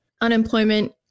unemployment